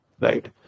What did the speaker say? Right